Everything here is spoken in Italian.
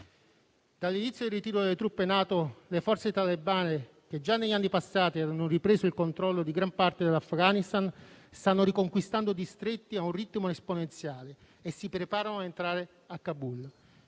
Dall'inizio del ritiro delle truppe NATO le forze talebane, che già negli anni passati avevano ripreso il controllo di gran parte dell'Afghanistan, stanno riconquistando distretti a un ritmo esponenziale e si preparano a entrare a Kabul.